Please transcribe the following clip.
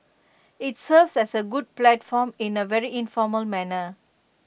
IT serves as A good platform in A very informal manner